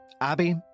Abby